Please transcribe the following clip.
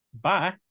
bye